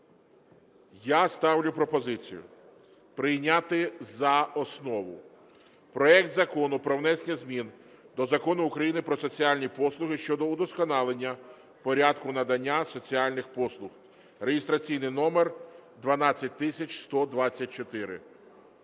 Я ставлю пропозицію прийняти за основу проект Закону про внесення змін до Закону України "Про соціальні послуги" щодо удосконалення порядку надання соціальних послуг (реєстраційний номер 12124).